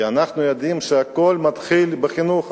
כי אנחנו יודעים שהכול מתחיל בחינוך.